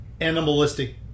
animalistic